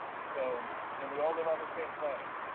so and we all live on the same planet.